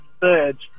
birds